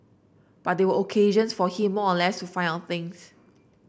but they were occasions for him more or less to find out things